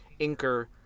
inker